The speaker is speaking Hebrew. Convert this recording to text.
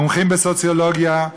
מומחים בסוציולוגיה.